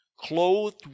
clothed